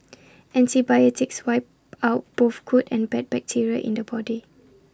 antibiotics wipe out both good and bad bacteria in the body